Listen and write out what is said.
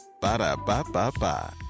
Ba-da-ba-ba-ba